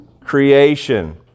creation